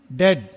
dead